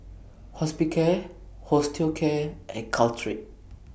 Hospicare Osteocare and Caltrate